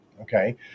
Okay